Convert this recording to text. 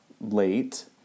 late